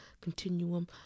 continuum